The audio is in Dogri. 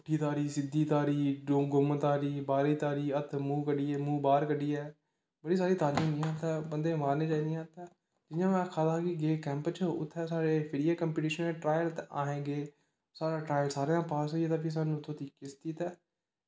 पुट्ठी तारी सिद्धी तारी ड्रो गुम्म तारी बाह्री तारी हत्थ मूंह् कड्ढियै मूंह् बाह्र कड्डियै बड़ी सारी तारियां होंदियां ते बंदे नू मारनियां चाहिदियां ते जियां में आक्खा दा हा गे कैंप च उत्थे फिरियै उत्थें कंपिटिशन ट्रायल ते अस गे साढ़ा ट्रायल सारें दा पास होई गेदा फ्ही उत्थें किस्ती ते